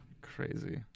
crazy